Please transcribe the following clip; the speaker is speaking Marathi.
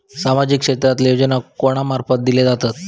सामाजिक क्षेत्रांतले योजना कोणा मार्फत दिले जातत?